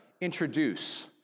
introduce